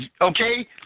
okay